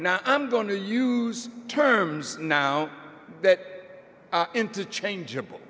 now i'm going to use terms now that into changeable